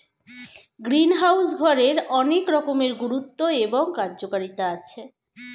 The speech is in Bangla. গ্রিনহাউস ঘরের অনেক রকমের গুরুত্ব এবং কার্যকারিতা আছে